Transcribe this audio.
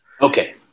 Okay